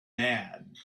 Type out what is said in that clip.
mad